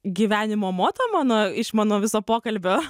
gyvenimo moto mano iš mano viso pokalbio